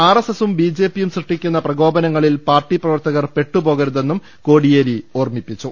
R S എസും B J പിയും സൃഷ്ടിക്കുന്ന പ്രകോപനങ്ങളിൽ പാർട്ടി പ്രവർത്തകർ പെട്ടുപോകരു തെന്നും കോടിയേരി ഓർമ്മിപ്പിച്ചു